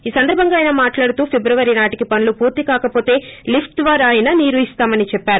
ఈ సందర్బంగా ఆయన మాట్లాడుతూ ఫిబ్రవరి నాటికి పనులు పూర్త్ కాకపోతే లిఫ్ష్ ద్వారా అయినా నీరు ఇస్తామని చెప్పారు